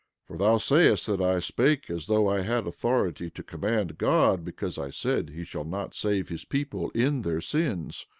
for thou sayest that i spake as though i had authority to command god because i said he shall not save his people in their sins.